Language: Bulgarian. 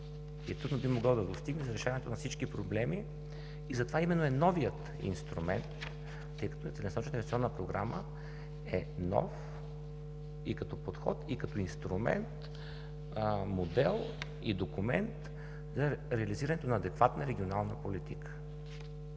трудно би могъл да допринесе за решаването на всички проблеми. Затова именно е новият инструмент, тъй като Целенасочената инвестиционна програма е нов и като подход, и като инструмент модел и документ за реализирането на адекватна регионална политика.